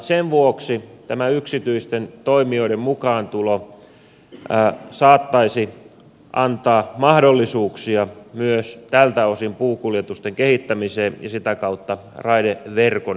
sen vuoksi tämä yksityisten toimijoiden mukaantulo saattaisi antaa mahdollisuuksia myös tältä osin puunkuljetusten kehittämiseen ja sitä kautta raideverkon hyödyntämiseen